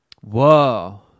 Whoa